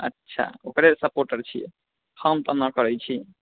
अच्छा ओकरे सपोर्टर छियै हम तऽ नहि करै छी